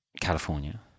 California